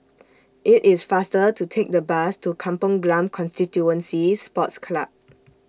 IT IS faster to Take The Bus to Kampong Glam Constituency Sports Club